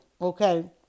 okay